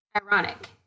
ironic